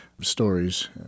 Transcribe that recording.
stories